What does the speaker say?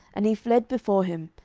and he fled before him,